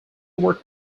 worked